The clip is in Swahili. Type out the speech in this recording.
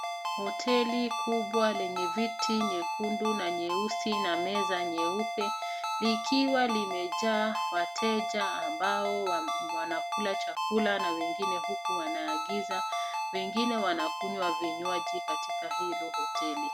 Hoteli kubwa lenye viti nyekundu na nyeusi na meza nyeupe likiwa limejaa wateja ambao wanakula chakula na wengine huku wanaagiza. Wengine wanakunywa vinywaji katika hilo hoteli.